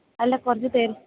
അല്ല കുറച്ച് തിരക്ക്